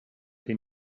they